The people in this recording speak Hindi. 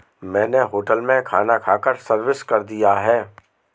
मैंने होटल में खाना खाकर सर्विस कर दिया है